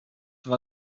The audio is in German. war